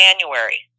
January